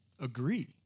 agree